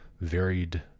varied